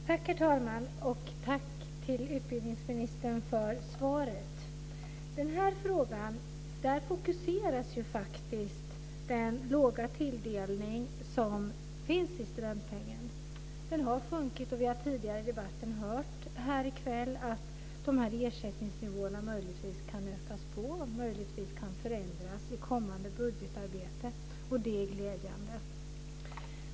Herr talman! Tack utbildningsministern för svaret. I den här frågan fokuseras faktiskt den låga tilldelningen i fråga om studentpengen. Den har sjunkit, och vi har tidigare i debatten här i kväll hört att dessa ersättningsnivåer möjligtvis kan ökas på och möjligtvis kan förändras i kommande budgetarbete, och det är glädjande.